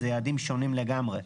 ואלה יעדים שונים לגמרי.